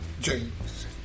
James